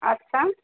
আচ্ছা